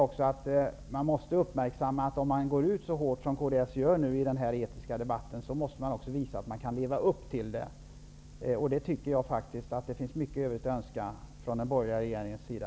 Om man går ut så hårt som kds gör nu i den etiska debatten måste man också visa att man kan leva upp till vad man säger, och jag tycker faktiskt att det i det sammanhanget finns mycket övrigt att önska från den borgerliga regeringens sida.